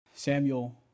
Samuel